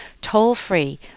toll-free